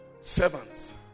servants